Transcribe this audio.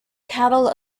cattle